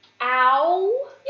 Ow